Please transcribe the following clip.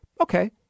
Okay